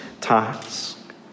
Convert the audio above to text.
task